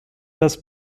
dass